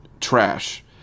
trash